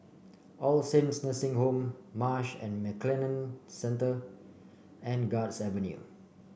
All Saints Nursing Home Marsh and McLennan Centre and Guards Avenue